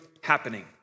happening